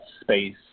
space